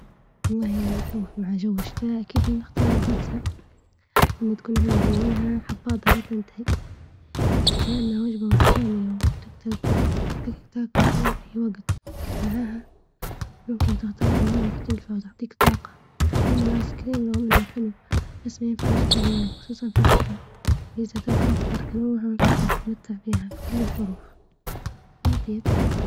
والله مع جو الشتاء أكيد أختارالبيتزا تكون عندي منها حفاظة لا تنتهي ، لإنها وجبة متكاملة ، وتروح تاكل في أي وقت ، معاها ممكن تختار أنواع مختلفة وتعطيك طاقة، أما الآيس كريم رغم إنه حلو باش ما ينفعش كل يوم ، خصوصا في الشتا ، البيتز بتكون أكتر تنوع تتمتع فيها في كل الظروف، ما أطيب.